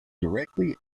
directly